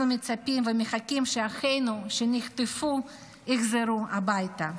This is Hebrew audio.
אנחנו מצפים ומחכים שאחינו שנחטפו יחזרו הביתה.